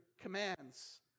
commands